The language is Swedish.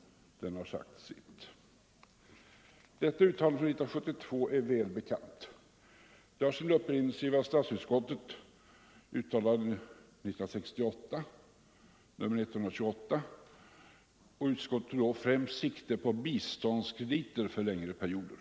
Den har sagt Detta uttalande från 1972 är väl bekant. Det har sin upprinnelse i ett uttalande från statsutskottet — utlåtande nr 128 år 1968 — som tog sikte på biståndskrediter för längre perioder.